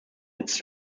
its